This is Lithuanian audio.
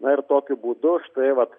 na ir tokiu būdu štai vat